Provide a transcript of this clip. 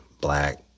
black